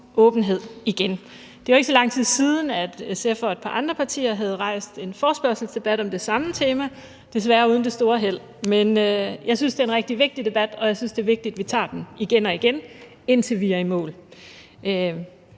åbenhed igen. Det er jo ikke så lang tid siden, at SF og et par andre partier har rejst en forespørgselsdebat om det samme tema, desværre uden det store held. Men jeg synes, det er en rigtig vigtig debat, og jeg synes, det er vigtigt, at vi tager den igen og igen, indtil vi er i mål.